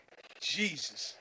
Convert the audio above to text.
Jesus